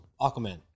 Aquaman